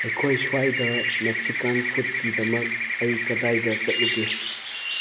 ꯑꯩꯈꯣꯏ ꯁ꯭ꯋꯥꯏꯗ ꯃꯦꯛꯁꯤꯀꯥꯟ ꯐꯨꯗꯀꯤꯗꯃꯛ ꯑꯩ ꯀꯗꯥꯏꯗ ꯆꯠꯂꯨꯒꯦ